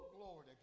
glory